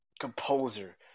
composer